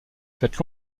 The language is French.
fête